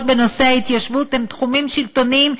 בנושא ההתיישבות הם תחומים שלטוניים",